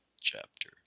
chapter